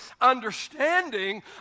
Understanding